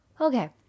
okay